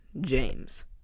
James